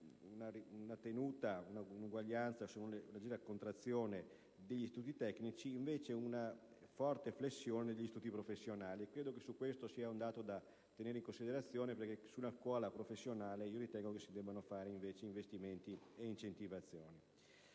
una tenuta, un'uguaglianza**,** forse una leggera contrazione degli istituti tecnici e una forte flessione degli istituti professionali. Anche questo è un dato da tenere in considerazione, perché sulla scuola professionale, invece, io ritengo che si debbano fare investimenti e incentivazioni.